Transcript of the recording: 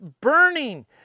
burning